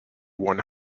one